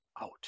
out